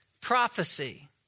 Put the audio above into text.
prophecy